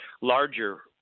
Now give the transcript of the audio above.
larger